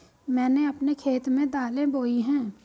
मैंने अपने खेत में दालें बोई हैं